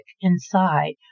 inside